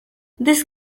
this